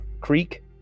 Creek